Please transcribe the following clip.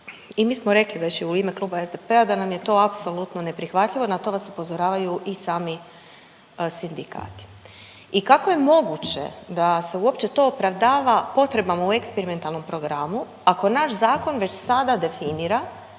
I mi smo rekli već i u ime kluba SDP-a da nam je to apsolutno neprihvatljivo, na to vas upozoravaju i sami sindikati. I kako je moguće da se uopće to opravdava potrebama u eksperimentalnom programu, ako naš zakon već sada definira